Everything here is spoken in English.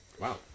Wow